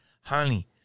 Honey